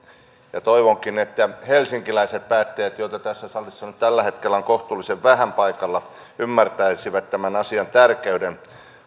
ja toivonkin että helsinkiläiset päättäjät joita tässä salissa nyt tällä hetkellä on kohtuullisen vähän paikalla ymmärtäisivät tämän asian tärkeyden